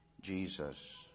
Jesus